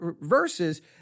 verses